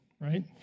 right